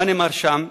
מה נאמר שם?